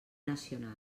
nacional